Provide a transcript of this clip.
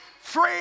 free